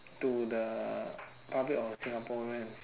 to the public of singaporean